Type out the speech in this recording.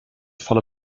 volle